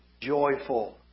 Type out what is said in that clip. joyful